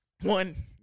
One